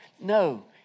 No